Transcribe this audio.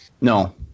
No